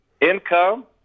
Income